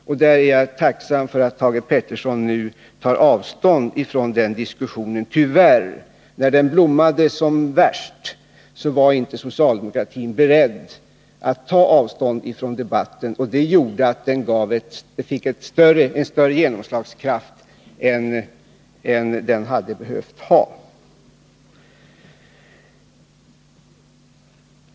I det avseendet är jag tacksam för att Thage Peterson nu tar avstånd från den diskussionen. När den blommade som mest var socialdemokratin tyvärr inte beredd att ta avstånd från den. Därför fick den en större genomslagskraft än den hade behövt få.